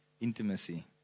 intimacy